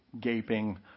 gaping